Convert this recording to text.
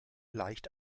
leicht